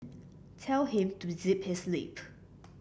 tell him to zip his lip